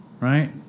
right